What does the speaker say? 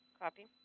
copy.